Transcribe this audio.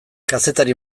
kazetari